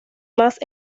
más